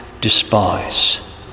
despise